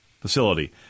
facility